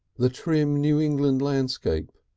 the trim new england landscape,